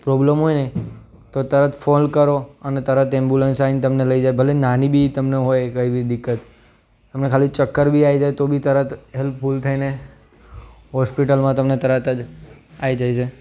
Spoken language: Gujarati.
પ્રોબ્લમ હોય ને તો તરત ફોન કરો અને તરત એમ્બ્યુલન્સ આવીને તમને લઈ જાય ભલે નાની બી તમને હોય કંઈ બી દિક્કત તમને ખાલી ચક્કર બી આઈ જાય તો બી તરત હેલ્પફુલ થઈને હોસ્પિટલમાં તમને તરત જ આવી જાય છે